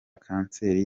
kanseri